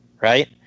right